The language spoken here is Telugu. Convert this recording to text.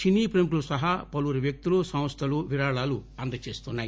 సినీ ప్రముఖులు సహా పలువురు వ్యక్తులు సంస్థులు విరాళాలు అందిస్తున్నారు